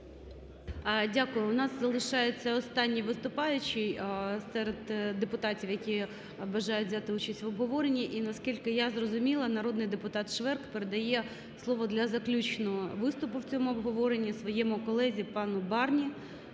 Дякую. У нас залишається останній виступаючий серед депутатів, які бажають взяти участь в обговоренні. І, наскільки я зрозуміла, народний депутат Шверк передає слово для заключного виступу в цьому обговоренні своєму колезі пану Барні,